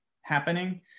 happening